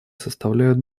составляют